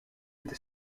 été